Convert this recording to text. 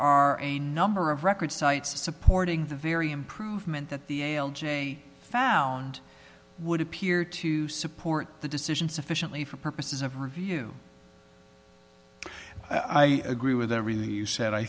are a number of record sites supporting the very improvement that the ail j found would appear to support the decision sufficiently for purposes of review i agree with everything you said i